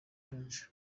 akenshi